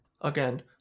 Again